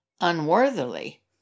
unworthily